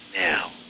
now